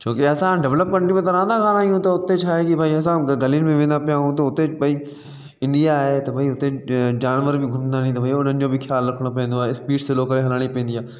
छो कि असां डेवलप कंट्री में त रहंदा कान आहियूं त हुते छा आहे कि भई असां ग गलियुनि में वेंदा पिया आहियूं त हुते भई इंडिया आहे त भई हुते ज जानवर बि घुमंदा आहिनि त भई हुननि जो बि ख़्यालु रखिणो पवंदो आहे स्पीड स्लो करे हलाइणी पवंदी आहे